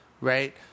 right